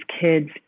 kids